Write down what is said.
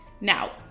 Now